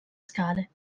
scale